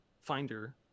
finder